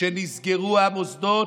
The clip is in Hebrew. כשנסגרו המוסדות.